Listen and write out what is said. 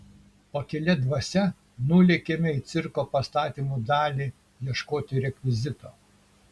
pakilia dvasia nulėkėme į cirko pastatymų dalį ieškoti rekvizito